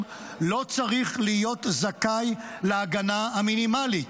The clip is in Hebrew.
לא צריך להיות זכאי להגנה המינימלית?